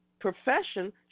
profession